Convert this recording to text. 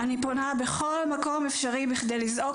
אני פונה בכל מקום אפשרי בכדי לזעוק